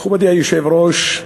מכובדי היושב-ראש,